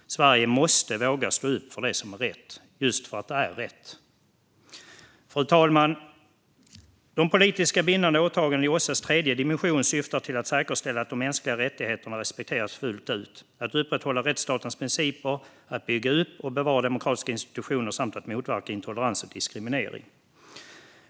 Sverige måste våga stå upp för det som är rätt, just för att det är rätt. Fru talman! De politiskt bindande åtagandena i OSSE:s tredje dimension syftar till att säkerställa att de mänskliga rättigheterna respekteras fullt ut samt till att upprätthålla rättsstatens principer, bygga upp och bevara demokratiska institutioner och motverka intolerans och diskriminering.